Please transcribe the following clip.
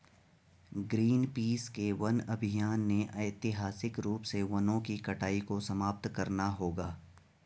Greenpeace के वन अभियान ने ऐतिहासिक रूप से वनों की कटाई को समाप्त करना होगा